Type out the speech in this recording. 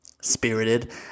Spirited